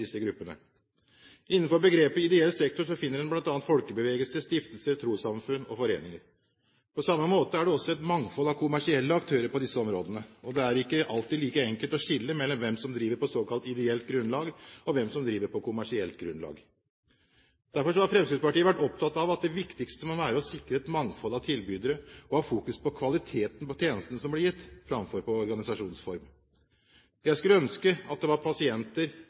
disse gruppene. Innenfor begrepet «ideell sektor» finner en bl.a. folkebevegelser, stiftelser, trossamfunn og foreninger. På samme måte er det også et mangfold av kommersielle aktører på disse områdene, og det er ikke alltid like enkelt å skille mellom hvem som driver på såkalt ideelt grunnlag, og hvem som driver på kommersielt grunnlag. Derfor har Fremskrittspartiet vært opptatt av at det viktigste må være å sikre et mangfold av tilbydere og ha fokus på kvaliteten på tjenestene som blir gitt, framfor på organisasjonsform. Jeg skulle ønske at det var